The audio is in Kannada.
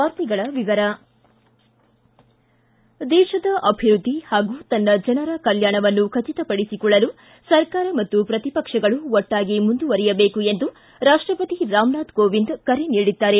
ವಾರ್ತೆಗಳ ವಿವರ ದೇತದ ಅಭಿವೃದ್ದಿ ಹಾಗೂ ತನ್ನ ಜನರ ಕಲ್ಕಾಣವನ್ನು ಖಚಿತಪಡಿಸಿಕೊಳ್ಳಲು ಸರ್ಕಾರ ಮತ್ತು ಪ್ರತಿಪಕ್ಷಗಳು ಒಟ್ಟಾಗಿ ಮುಂದುವರಿಯಬೇಕು ಎಂದು ರಾಷ್ಸಪತಿ ರಾಮನಾಥ ಕೋವಿಂದ ಹೇಳಿದ್ದಾರೆ